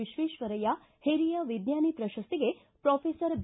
ವಿಶ್ವೇಶ್ವರಯ್ಯ ಓರಿಯ ವಿಜ್ಞಾನಿ ಪ್ರಶಸ್ತಿಗೆ ಪ್ರೊಫೆಸರ್ ಬಿ